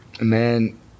Man